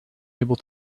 able